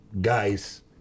guys